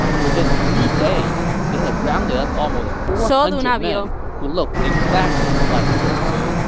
within three days, they had rounded up almost four hundred men who looked exactly like zuo ci.